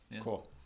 Cool